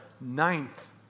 ninth